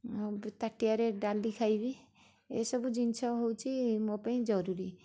ଆଉ ତାଟିଆରେ ଡାଲି ଖାଇବି ଏସବୁ ଜିନିଷ ହଉଛି ମୋ ପାଇଁ ଜରୁରୀ